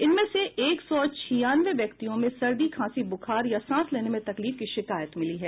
इनमें से एक सौ छियानवे व्यक्तियों में सर्दी खांसी बुखार या सांस लेने में तकलीफ की शिकायत मिली है